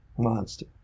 monster